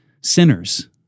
sinners